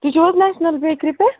تُہۍ چھِو حَظ نیشنل بیکری پٮ۪ٹھ